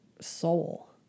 soul